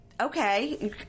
okay